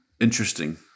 interesting